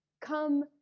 come